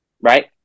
right